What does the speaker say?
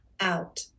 out